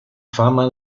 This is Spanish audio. fama